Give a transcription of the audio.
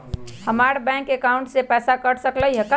हमर bank account से पैसा कट सकलइ ह?